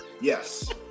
Yes